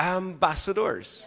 ambassadors